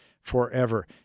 forever